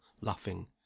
laughing